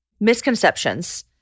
misconceptions